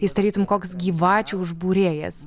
jis tarytum koks gyvačių užbūrėjas